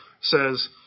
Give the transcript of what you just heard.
says